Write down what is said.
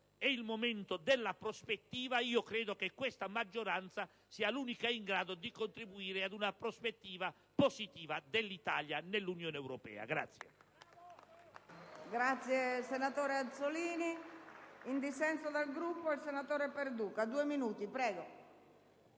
È il momento della prospettiva, e io credo che questa maggioranza sia l'unica in grado di contribuire ad una prospettiva positiva dell'Italia nell'Unione europea.